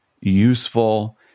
useful